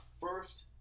first